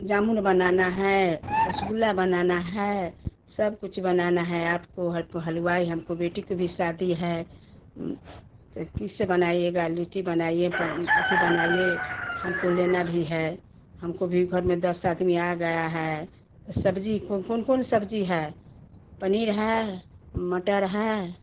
जामुन बनाना है रसगुल्ला बनाना है सब कुछ बनाना है आपको हर्प हलुवाई हमको बेटी को भी सादी है त किससे बनाइएगा लिटी बनाइए पम अथी बनाइए हमको लेना भी हमको भी घर में दस आदमी आ गया है सब्जी कौन कौन सब्जी है पनीर है मटर है